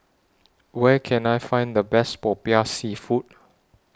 Where Can I Find The Best Popiah Seafood